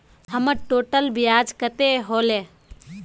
हमर टोटल ब्याज कते होले?